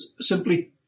simply